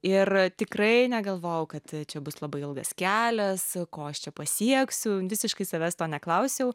ir tikrai negalvojau kad čia bus labai ilgas kelias ko aš čia pasieksiu visiškai savęs to neklausiau